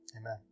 Amen